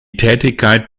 tätigkeit